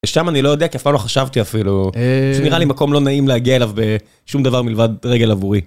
שם אני לא יודע, כי אף פעם לא חשבתי אפילו... זה נראה לי מקום לא נעים להגיע אליו בשום דבר מלבד רגל עבורי.